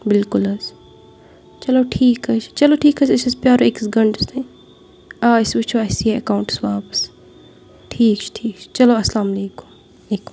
بِلکُل حظ چلو ٹھیٖک حظ چھُ چلو أسۍ حظ پیارو أکِس گنٹس تانۍ آ أسۍ وُچھو اَسہِ یہِ یا ایکونٹَس واپَس ٹھیٖک ٹھیٖک چھُ چلو اَسلام علیکُم